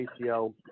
ACL